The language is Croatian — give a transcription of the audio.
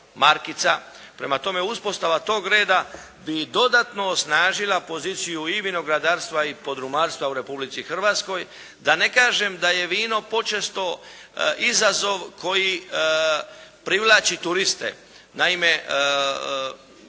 Prema tome, uspostava tog reda bi dodatno osnažila poziciju i vinogradarstva i podrumarstva u Republici Hrvatskoj da ne kažem da je vino počesto izazov koji privlači turiste. Naime,